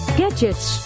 gadgets